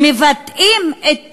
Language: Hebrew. שמבטאים את